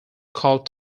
called